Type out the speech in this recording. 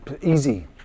Easy